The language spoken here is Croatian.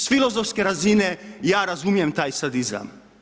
S filozofske razine, ja razumijem taj sadizam.